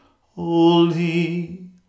Holy